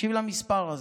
תקשיב למספר הזה: